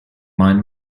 mine